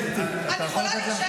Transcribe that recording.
אתה יכול לתת לה?